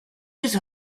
his